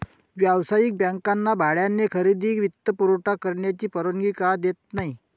व्यावसायिक बँकांना भाड्याने खरेदी वित्तपुरवठा करण्याची परवानगी का देत नाही